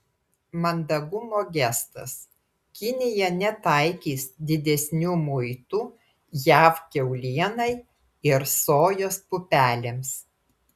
mandagumo gestas kinija netaikys didesnių muitų jav kiaulienai ir sojos pupelėms